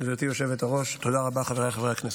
גברתי היושבת-ראש, תודה רבה, חבריי חברי הכנסת.